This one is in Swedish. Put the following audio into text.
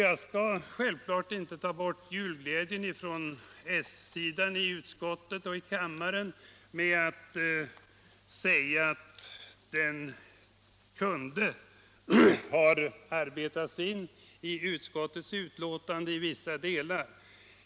Jag skall självklart inte ta bort julglädjen från s-sidan i utskottet och kammaren med att säga att reservationen kunde ha arbetats in i utskottets betänkande i vissa delar.